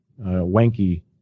Wanky